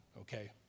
okay